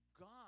God